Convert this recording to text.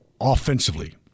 offensively